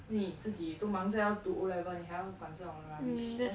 then 你自己都忙着要读 O level 你还要管这种 rubbish just that's really get rid of it